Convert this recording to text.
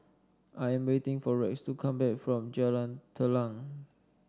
I am waiting for Rex to come back from Jalan Telang